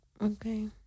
Okay